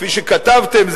כפי שכתבתם,